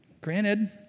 Granted